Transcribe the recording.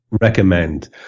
recommend